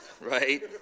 Right